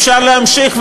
אפשר להמשיך,